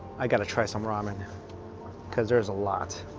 i gotta try some ramen cuz there's a lot